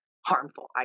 harmful